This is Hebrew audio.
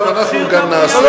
תפשיר את הבנייה ביהודה ושומרון,